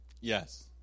Yes